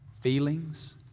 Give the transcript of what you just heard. feelings